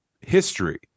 history